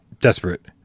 Desperate